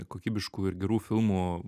kokybiškų ir gerų filmų